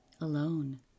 alone